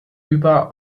über